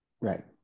right